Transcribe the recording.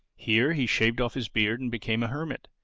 here he shaved off his beard and became a hermit.